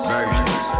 Versions